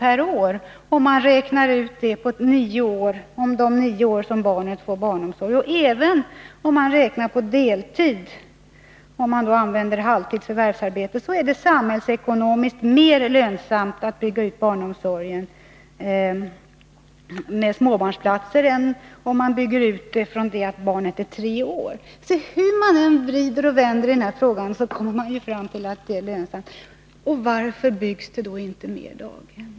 per år, om man räknar på de nio år under vilka barnet får barnomsorg. Och även om man räknar på deltid och man då använder halvtids förvärvsarbete, så är det samhällsekonomiskt mer lönsamt att bygga ut barnomsorgen med småbarnsplatser än att bygga ut den så, att den omfattar barn som är tre år. Hur man än vänder och vrider på den här frågan kommer man ändå fram till att barnomsorgen är lönsam. Varför byggs det då inte fler daghem?